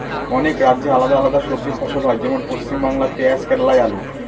অনেক রাজ্যে আলাদা আলাদা সবজি ফসল হয়, যেমন পশ্চিমবাংলায় পেঁয়াজ কেরালায় আলু